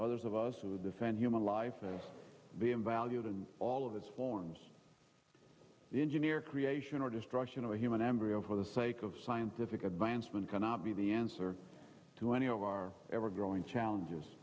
others of us who defend human life as being valued and all of its forms the engineer creation or destruction of a human embryo for the sake of scientific advancement cannot be the answer to any of our ever growing challenges